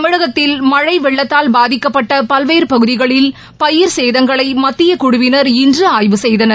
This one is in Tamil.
தமிழகத்தில் மழை வெள்ளத்தூல் பாதிக்கப்பட்ட பல்வேறு பகுதிகளில் பயிர் சேதங்களை மத்திய குழுவினர் இன்று ஆய்வு செய்தனர்